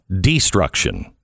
destruction